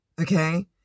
Okay